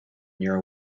near